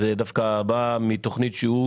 זה דווקא בא מתוכנית שהוא,